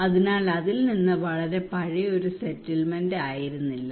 അതിനാൽ അതിൽ നിന്ന് വളരെ പഴയ ഒരു സെറ്റിൽമെന്റ് ആയിരുന്നില്ല